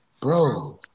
bro